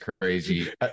crazy